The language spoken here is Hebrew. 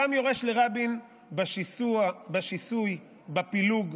קם יורש לרבין בשיסוע, בשיסוי, בפילוג,